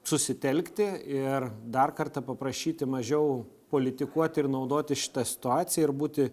susitelkti ir dar kartą paprašyti mažiau politikuoti ir naudotis šita situacija ir būti